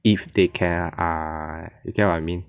if they can ah you get what I mean